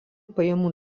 pajamų